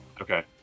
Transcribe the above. okay